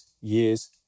years